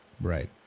Right